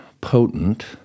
potent